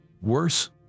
Worse